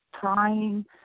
trying